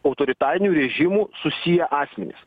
autoritariniu režimu susiję asmenys